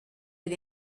had